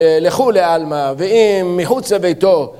לכולי עלמא ואם מחוץ לביתו